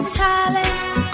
talents